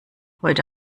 heute